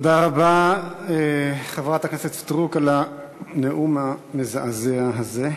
תודה רבה, חברת הכנסת סטרוק, על הנאום המזעזע הזה.